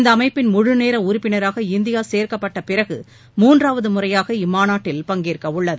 இந்த அமைப்பின் முழுநேர உறுப்பினராக இந்தியா சேர்க்கப்பட்ட பிறகு மூன்றாவது முறையாக இம்மாநாட்டில் பங்கேற்கவுள்ளது